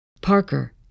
Parker